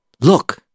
Look